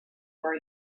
for